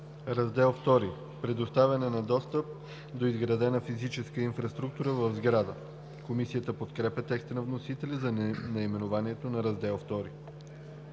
„Раздел II – Предоставяне на достъп до изградена физическа инфраструктура в сграда“. Комисията подкрепя текста на вносителя за наименованието на Раздел II.